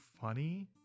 funny